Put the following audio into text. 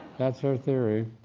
that's her theory.